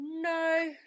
no